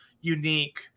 unique